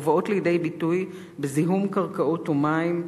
ובאות לידי ביטוי בזיהום קרקעות ומים,